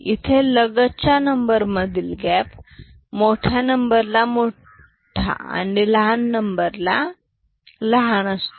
इथे लगतच्या नंबर मधील गॅप मोठ्या नंबर ला मोठा अणि लहान नंबर ला लहान असतो